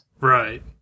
Right